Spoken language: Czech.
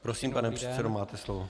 Prosím, pane předsedo, máte slovo.